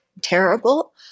terrible